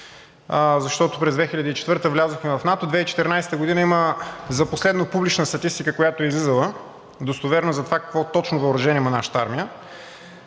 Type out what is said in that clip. защото през 2004 г. влязохме в НАТО, 2014 г. има за последно публична статистика, която е излизала, достоверна, за това какво точно въоръжение има нашата армия.